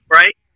right